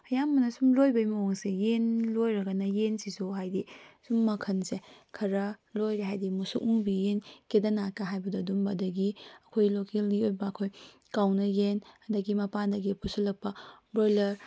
ꯑꯌꯥꯝꯕ ꯁꯨꯝ ꯂꯣꯏꯕꯒꯤ ꯃꯑꯣꯡꯁꯦ ꯌꯦꯟ ꯂꯣꯏꯔꯒꯅ ꯌꯦꯟꯁꯤꯁꯨ ꯍꯥꯏꯗꯤ ꯁꯨꯝ ꯃꯈꯜꯁꯦ ꯈꯔꯥ ꯂꯣꯏꯒꯦ ꯍꯥꯏꯔꯗꯤ ꯃꯨꯁꯨꯛ ꯃꯨꯕ ꯌꯦꯟ ꯀꯩꯗꯔꯅꯥꯠꯀ ꯍꯥꯏꯕꯗꯣ ꯑꯗꯨꯒꯨꯝꯕ ꯑꯗꯒꯤ ꯑꯩꯈꯣꯏ ꯂꯣꯀꯦꯜꯒꯤ ꯑꯣꯏꯕ ꯑꯩꯈꯣꯏ ꯀꯥꯎꯅ ꯌꯦꯟ ꯑꯗꯒꯤ ꯃꯄꯥꯟꯗꯒꯤ ꯄꯨꯁꯤꯜꯂꯛꯞ ꯕ꯭ꯔꯣꯏꯂꯔ